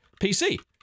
pc